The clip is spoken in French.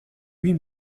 huit